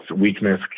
weakness